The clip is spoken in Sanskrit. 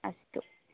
अस्तु